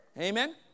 Amen